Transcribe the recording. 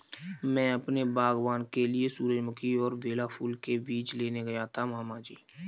मैं अपने बागबान के लिए सूरजमुखी और बेला फूल के बीज लेने गया था मामा जी